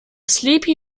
sleepy